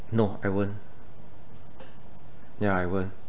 no I won't ya I won't